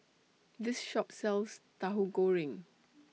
This Shop sells Tahu Goreng